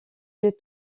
lieux